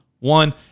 One